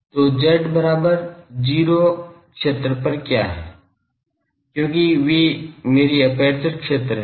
तो z बराबर 0 पर क्षेत्र क्या हैं क्योंकि वे मेरे एपर्चर क्षेत्र हैं